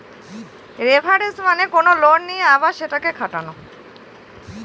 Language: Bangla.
লেভারেজ মানে কোনো লোন নিয়ে আবার সেটাকে খাটানো